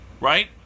Right